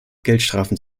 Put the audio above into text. geldstrafen